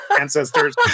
ancestors